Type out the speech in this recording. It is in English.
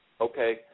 Okay